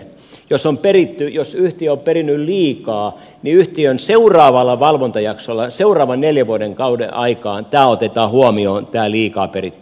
jos yhtiö on perinyt liikaa niin yhtiön seuraavalla valvontajaksolla seuraavan neljän vuoden kauden aikaan otetaan huomioon tämä liikaa peritty